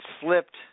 slipped